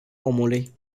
omului